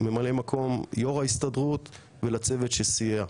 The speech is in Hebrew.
ממלא מקום יו"ר ההסתדרות ולצוות שסייע.